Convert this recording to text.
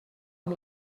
amb